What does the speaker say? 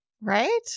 right